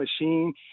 machine